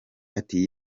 ati